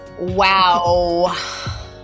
wow